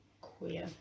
queer